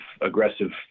aggressive